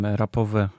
rapowe